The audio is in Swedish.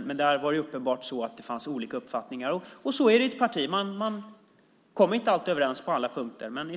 Där var det uppenbart så att det fanns olika uppfattningar. Så är det i ett parti. Man kommer inte alltid överens på alla punkter. Men